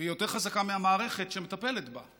והיא יותר חזקה מהמערכת שמטפלת בה.